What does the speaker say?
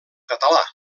català